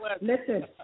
Listen